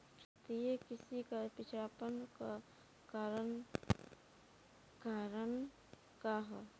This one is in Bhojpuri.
भारतीय कृषि क पिछड़ापन क कारण का ह?